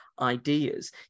ideas